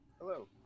Hello